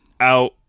Out